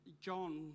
John